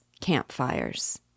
Campfires